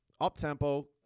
up-tempo